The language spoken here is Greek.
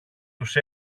τους